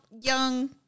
young